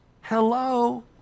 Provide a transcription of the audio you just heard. Hello